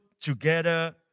together